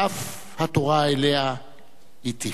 ואף התורה שאליה הטיף.